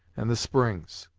and the springs.